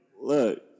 Look